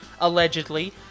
allegedly